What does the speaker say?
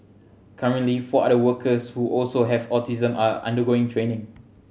currently four other workers who also have autism are undergoing training